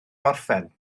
gorffen